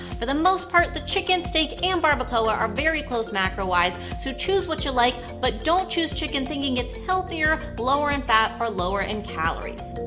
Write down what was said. for the most part, the chicken, steak and barbacoa are very close macro-wise, so choose what you like, but don't choose chicken thinking it's healthier, lower in fat, or lower in calories.